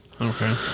Okay